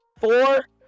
Four